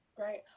Right